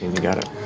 you got it.